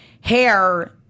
hair